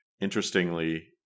Interestingly